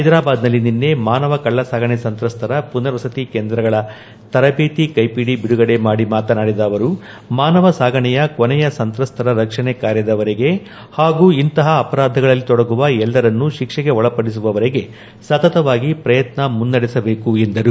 ಹೈದರಾಬಾದ್ನಲ್ಲಿ ನಿನ್ನೆ ಮಾನವ ಸಾಗಣೆ ಸಂತ್ರಸ್ತರ ಪುನರ್ವಸತಿ ಕೇಂದ್ರಗಳ ತರಬೇತಿ ಕೈಪಿದಿ ಬಿಡುಗಡೆ ಮಾಡಿ ಮಾತನಾಡಿದ ಅವರು ಮಾನವ ಸಾಗಣೆಯ ಕೊನೆಯ ಸಂತ್ರಸ್ತರ ರಕ್ಷಣೆ ಕಾರ್ಯದವರೆಗೆ ಹಾಗೂ ಇಂತಹ ಅಪರಾಧಗಳಲ್ಲಿ ತೊಡಗುವ ಎಲ್ಲರನ್ನೂ ಶಿಕ್ಷೆಗೆ ಒಳಪಡಿಸುವ ವರೆಗೆ ಸತತವಾಗಿ ಪ್ರಯತ್ನ ಮುನ್ನಡೆಸಬೇಕು ಎಂದರು